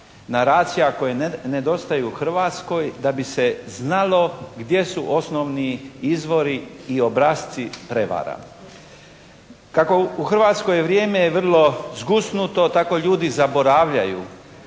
naracija koje nedostaju u Hrvatskoj da bi se znalo gdje su osnovni izvori i obrasci prevara. Kako u Hrvatskoj je vrijeme vrlo zgusnuto tako ljudi zaboravljaju.